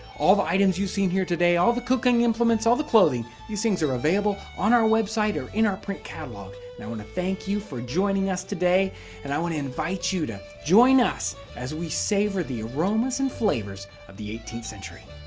all of the items you've seen here today, all the cooking implements, all the clothing, these things are available on our website or in our print catalog and i want to thank you for joining us today and i want to invite you to join us as we savor the aromas and flavors of the eighteenth century.